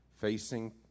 facing